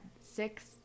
six